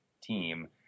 team